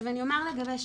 אני אומר לגבי שפ"י,